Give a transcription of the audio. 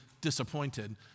disappointed